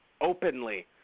openly